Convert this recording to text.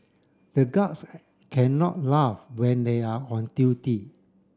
the guards can not laugh when they are on duty